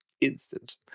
instant